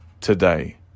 today